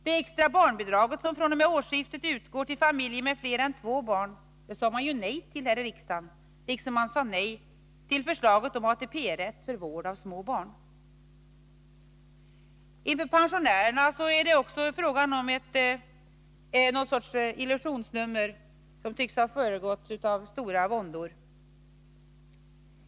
Det extra barnbidraget, som fr.o.m. årsskiftet utgår till familjer med fler än två barn, sade socialdemokraterna nej till i riksdagen, liksom de sade nej till förslaget om ATP-rätt för vård av små barn. Inför pensionärerna har socialdemokraterna utfört ett illusionsnummer som tycks har föregåtts av stora våndor i det egna partiet.